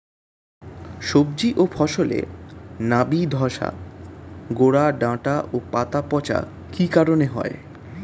সবজি ও ফসলে নাবি ধসা গোরা ডাঁটা ও পাতা পচা কি কারণে হয়?